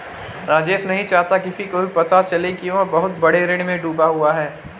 राजेश नहीं चाहता किसी को भी पता चले कि वह बहुत बड़े ऋण में डूबा हुआ है